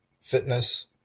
fitness